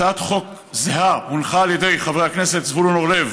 הצעת חוק זהה הונחה על ידי חבר הכנסת זבולון אורלב